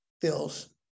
feels